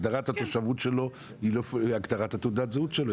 הגדרת התושבות שלו היא לא הגדרת תעודת הזהות שלו,